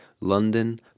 London